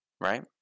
right